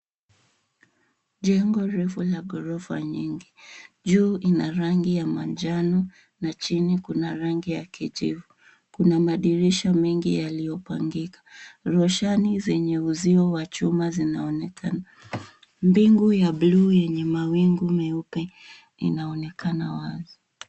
Jengo refu la gorofa nyingi. Juu ina rangi ya manjano na chini kuna rangi ya kijivu. Kuna madirisha mengi yaliyopangika. Roshani zenye uzio wa chuma zinaonekana. Mbingu ya bluu yenye mawingu meupe inaonekana wazi.